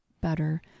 better